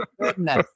goodness